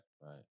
Right